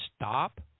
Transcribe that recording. stop